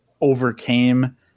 overcame